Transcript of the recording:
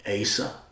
Asa